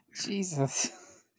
Jesus